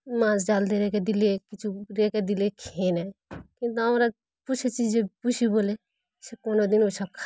মাছ ডাল দিয়ে রেখে দিলে কিছু রেখে দিলে খেয়ে নেয় কিন্তু আমরা পুষেছি যে পুশি বলে সে কোনোদিন ওইসব খায় না